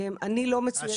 אני לא מצוידת במספרים.